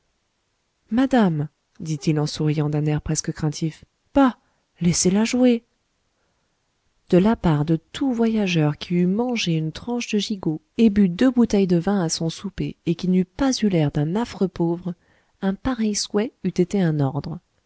madame dit-il en souriant d'un air presque craintif bah laissez-la jouer de la part de tout voyageur qui eût mangé une tranche de gigot et bu deux bouteilles de vin à son souper et qui n'eût pas eu l'air d'un affreux pauvre un pareil souhait eût été un ordre